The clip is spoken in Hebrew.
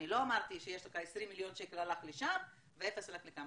אני לא אמרתי ש-20 מיליון הלך לשם ואפס הלך לכאן.